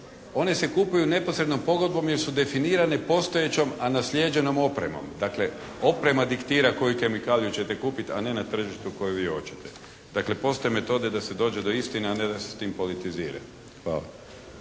one se kupuju neposrednom pogodbom jer su definirane postojećom, a naslijeđenom opremom. Dakle oprema diktira koju kemikaliju ćete kupiti a ne na tržištu koju vi hoćete. Dakle postoje metode da se dođe do istine a ne da se s tim politizira. Hvala.